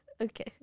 Okay